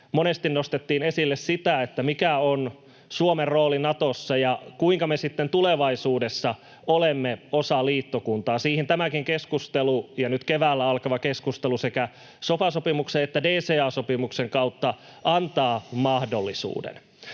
monesti nostettiin esille nimenomaan sitä, mikä on Suomen rooli Natossa ja kuinka me sitten tulevaisuudessa olemme osa liittokuntaa. Siihen tämäkin keskustelu ja nyt keväällä alkava keskustelu sekä sofa-sopimuksen että DCA-sopimuksen kautta antavat mahdollisuuden.